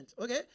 okay